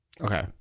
Okay